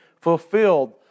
fulfilled